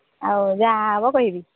ଆଉ ଯାହା ହେବ କହିବି